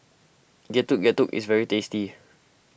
Getuk Getuk is very tasty